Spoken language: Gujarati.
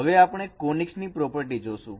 હવે આપણે કોનીક્સ ની પ્રોપર્ટી જોશું